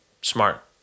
smart